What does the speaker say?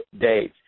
days